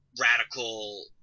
radical